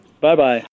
Bye-bye